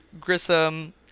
Grissom